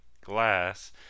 glass